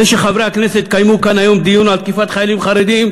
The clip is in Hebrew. זה שחברי הכנסת קיימו כאן דיון על תקיפת חיילים חרדים,